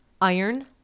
iron